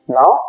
Now